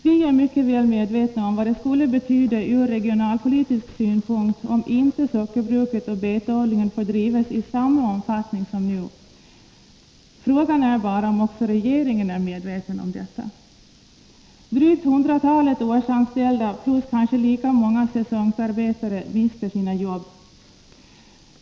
Vi vet vad det skulle betyda från regionalpolitisk synpunkt om inte sockerbruket och betodlingen får drivas i samma omfattning som nu. Frågan är bara om också regeringen är medveten om detta. Drygt hundratalet årsanställda plus kanske lika många säsongarbetare mister sina jobb.